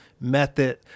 method